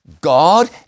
God